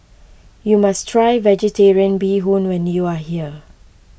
you must try Vegetarian Bee Hoon when you are here